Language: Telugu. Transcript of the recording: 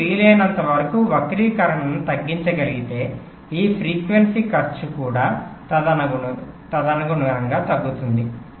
మీరు వీలైనంతవరకు వక్రీకరణను తగ్గించగలిగితే ఈ ఫ్రీక్వెన్సీ ఖర్చు కూడా తదనుగుణంగా తగ్గుతుంది